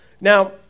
Now